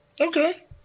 Okay